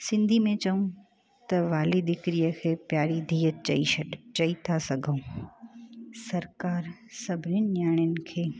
सिंधी में चऊं त वाली दिकरीअ खे प्यारी धीअ चई छड चई था सघूं सरकारि सभिनि नियाणियुनि खे